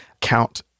count